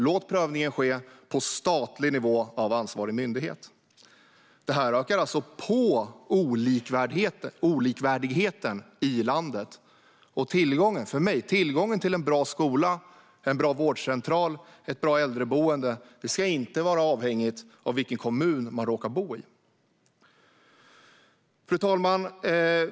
Låt prövningen ske på statlig nivå av ansvarig myndighet. Det här ökar på olikvärdigheten i landet. Tillgången till en bra skola, en bra vårdcentral, ett bra äldreboende, ska inte vara avhängigt av vilken kommun man råkar bo i. Fru talman!